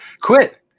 quit